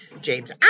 James